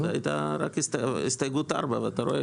זו הייתה רק הסתייגות 4. ואתה רואה,